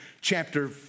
chapter